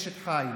אשת החיל.